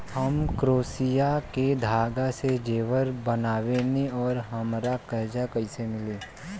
हम क्रोशिया के धागा से जेवर बनावेनी और हमरा कर्जा कइसे मिली?